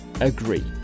agree